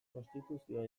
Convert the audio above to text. konstituzioa